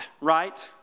right